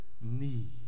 need